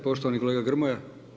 Poštovani kolega Gromja?